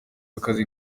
akazi